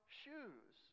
shoes